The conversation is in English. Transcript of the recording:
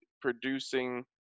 producing